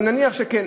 ונניח שכן,